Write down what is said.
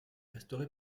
restaurée